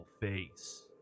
face